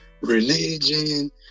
religion